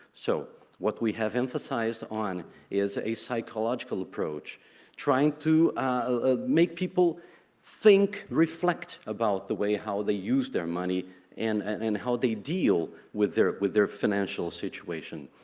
so what we have emphasized on is a psychological approach trying to ah make people think, reflect about the way how they use their money and and how they deal with their with their financial situation.